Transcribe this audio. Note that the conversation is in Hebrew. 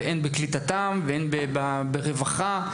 ברווחה,